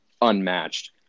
unmatched